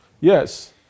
yes